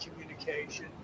communication